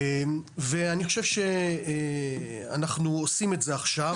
אנחנו עושים את זה עכשיו,